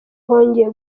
hongeye